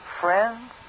Friends